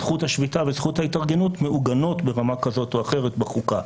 זכות השביתה וזכות ההתארגנות מעוגנות ברמה כזאת או אחרת בחוקה.